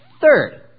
Third